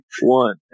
One